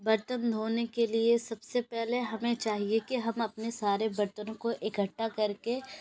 برتن دھونے کے لیے سب سے پہلے ہمیں چاہیے کہ ہم اپنے سارے برتنوں کو اکھٹا کر کے